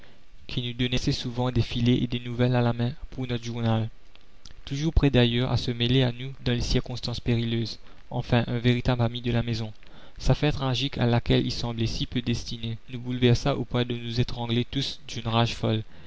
qui nous donnait assez souvent des filets et des nouvelles à la main pour notre journal toujours prêt d'ailleurs à se mêler à nous dans les circonstances périlleuses enfin un véritable ami de la maison sa fin tragique à laquelle il semblait si peu destiné nous bouleversa au point de nous étrangler tous d'une rage folle